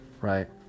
Right